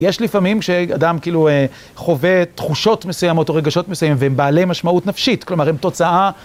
יש לפעמים כשאדם כאילו חווה תחושות מסוימות או רגשות מסוימים והם בעלי משמעות נפשית, כלומר הם תוצאה